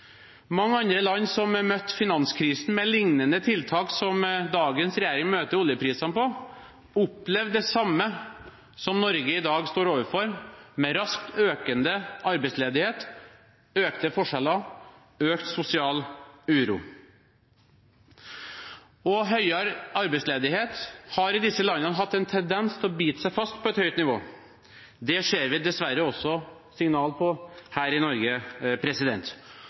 Mange andre land som møtte finanskrisen med lignende tiltak som dagens regjering møter oljeprisen med, opplevde det samme som Norge i dag står overfor, raskt økende arbeidsledighet, økte forskjeller og økt sosial uro. Høyere arbeidsledighet har i disse landene hatt en tendens til å bite seg fast på et høyt nivå. Det ser vi dessverre også signaler på her i Norge.